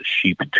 sheep